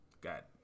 Got